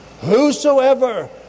Whosoever